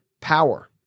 power